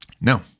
No